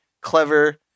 clever